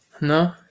No